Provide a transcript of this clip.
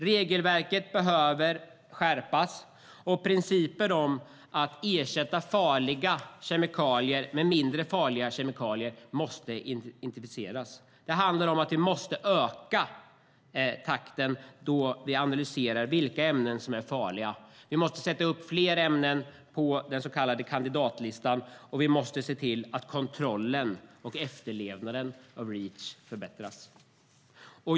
Regelverket behöver skärpas, och principer om att ersätta farliga kemikalier med mindre farliga kemikalier måste intensifieras. Det handlar om att vi måste öka takten när vi analyserar vilka ämnen som är farliga. Vi måste sätta upp fler ämnen på den så kallade kandidatlistan, och vi måste se till att kontrollen och efterlevnaden av Reach förbättras.